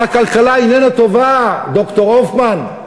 אבל הכלכלה איננה טובה, ד"ר הופמן,